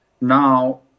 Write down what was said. now